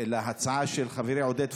להצעה של חברי עודד פורר,